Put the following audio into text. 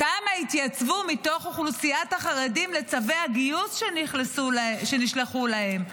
כמה התייצבו מתוך אוכלוסיית החרדים לצווי הגיוס שנשלחו להם,